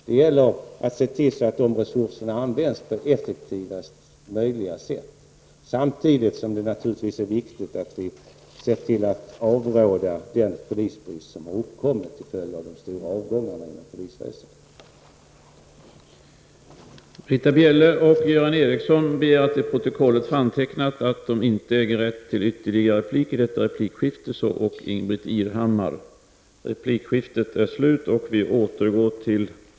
Det gäller att se till att de resurserna används på effektivaste möjliga sätt, samtidigt som det naturligtvis är viktigt att vi ser till att avhjälpa den polisbrist som har uppkommit till följd av de stora avgångarna inom polisväsendet.